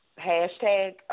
Hashtag